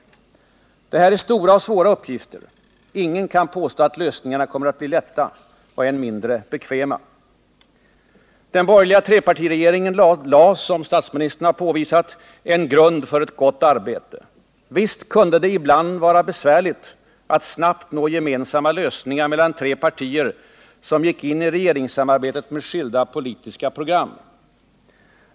Detta är stora och svåra uppgifter. Ingen kan påstå att lösningarna kommer att bli lätta — än mindre bekväma. Den borgerliga trepartiregeringen lade, som statsministern har påvisat, en grund för ett gott arbete. Visst kunde det ibland vara besvärligt att snabbt nå gemensamma lösningar mellan tre partier, som gick in i regeringssamarbetet med skilda politiska program.